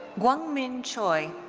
kwangmin choi.